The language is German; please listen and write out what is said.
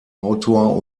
autor